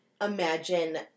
imagine